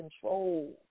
control